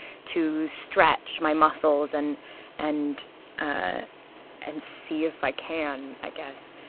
to stretch my muscles and and ah and see if i can, i guess.